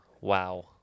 Wow